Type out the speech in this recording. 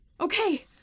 Okay